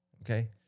okay